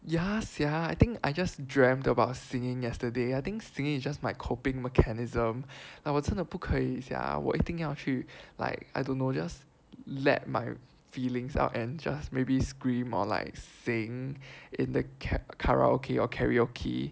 ya sia I think I just dreamt about singing yesterday I think singing is just my coping mechanism like 我真的不可以 sia 我一定要去 like I don't know just let my feelings out and just maybe scream or like sing in the ka~ karaoke or karaoke